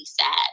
sad